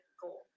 goal